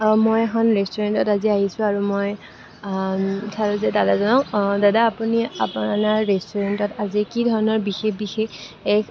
মই এখন ৰেষ্টুৰেণ্টত আজি আহিছোঁ আৰু মই দাদাজনক দাদা আপুনি আপোনাৰ ৰেষ্টুৰেণ্টত আজি কি ধৰণৰ বিশেষ বিশেষ